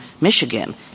Michigan